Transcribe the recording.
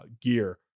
gear